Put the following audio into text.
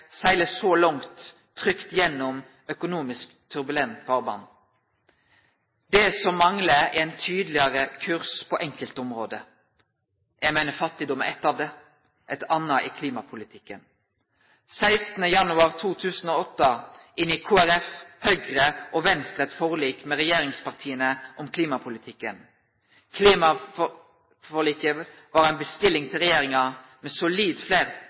så langt trygt gjennom økonomisk turbulent farvatn. Det som manglar, er ein tydelegare kurs på enkelte område. Eg meiner fattigdom er eitt av dei. Eit anna er klimapolitikken. 16. januar 2008 inngjekk Kristeleg Folkeparti, Høgre og Venstre eit forlik med regjeringspartia om klimapolitikken. Klimaforliket var ei bestilling til regjeringa med